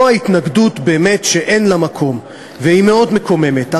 פה זו התנגדות שאין לה מקום והיא מאוד מקוממת.